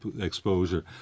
exposure